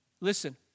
Listen